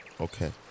Okay